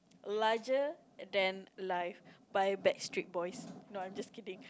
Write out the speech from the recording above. larger than life by Backstreet Boys no I'm just kidding